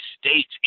States